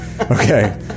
Okay